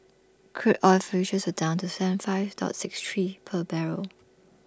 crude oil futures down to Seven five dollar six three per barrel